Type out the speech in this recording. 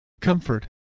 comfort